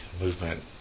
movement